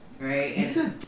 Right